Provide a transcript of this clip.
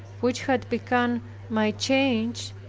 which had begun my change,